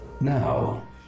Now